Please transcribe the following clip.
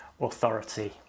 authority